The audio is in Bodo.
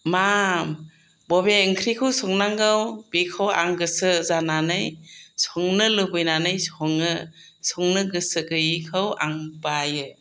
मा बबे ओंख्रिखौ संनांगौ बेखौ आं गोसो जानानै संनो लुबैनानै सङो संनो गोसो गैयिखौ आं बायो